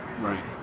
Right